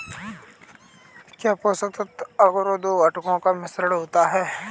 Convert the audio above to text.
क्या पोषक तत्व अगरो दो घटकों का मिश्रण होता है?